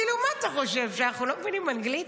כאילו, מה אתה חושב, שאנחנו לא מבינים אנגלית?